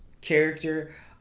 character